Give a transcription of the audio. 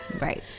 right